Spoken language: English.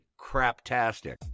craptastic